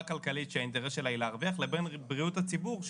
כלכלית שהאינטרס שלה הוא להרוויח לבין בריאות הציבור,